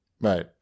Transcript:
right